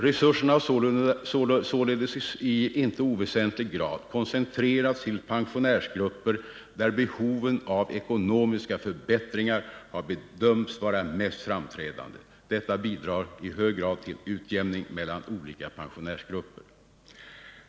Resurserna har således i inte oväsentlig grad koncentrerats till pensionärsgrupper där behoven av ekonomiska förbättringar har bedömts vara mest framträdande. Detta bidrar i hög grad till utjämning mellan olika pensionärsgrupper.